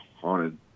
haunted